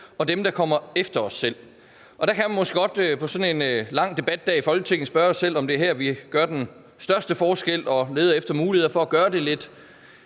og dem, der kommer efter os selv. Man kan måske godt på sådan en lang debatdag her i Folketinget spørge sig selv, om det er her, vi gør den største forskel, og hvor vi skal lede efter muligheder for at danse lidt